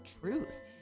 truth